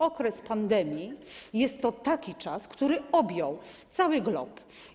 Okres pandemii jest to taki czas, który objął cały glob.